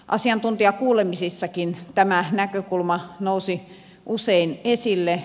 asiantuntijakuulemisissakin tämä näkökulma nousi usein esille